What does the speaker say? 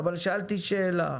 אבל שאלתי שאלה.